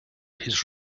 his